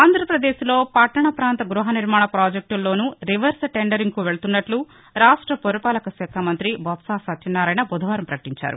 ఆంధ్రాప్రదేశ్లో పట్టణ ప్రాంత గృహ నిర్మాణ ప్రాజెక్టుల్లోనూ రివర్స్ టెండరింగ్కు వెళ్తున్నట్లు రాష్ట పురపాలకశాఖ మంతి బొత్స సత్యనారాయణ బుధవారం పకటించారు